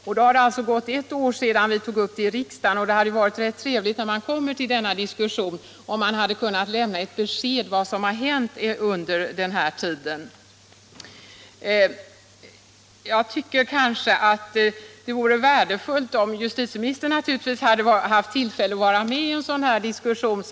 Det har gått ett år sedan jag tog upp denna fråga i riksdagen, och det hade varit trevligt att komma till denna diskussion och kunna lämna ett besked om vad som har hänt under den här tiden. Jag tycker att det vore värdefullt om justitieministern hade tillfälle att vara med i en sådan diskussion.